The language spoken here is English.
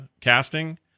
casting